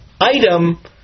item